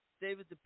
David